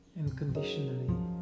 unconditionally